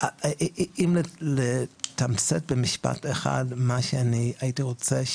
אם לתמצת במשפט אחד מה שאני הייתי רוצה,